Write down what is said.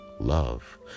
love